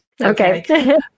okay